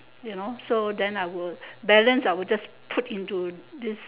you know so then I will balance I will just put into this